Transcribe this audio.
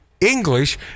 English